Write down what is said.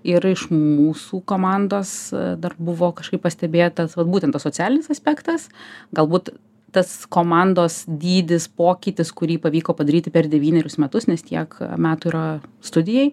ir iš mūsų komandos dar buvo kažkaip pastebėtas vat būtent tas socialinis aspektas galbūt tas komandos dydis pokytis kurį pavyko padaryti per devynerius metus nes tiek metų yra studijai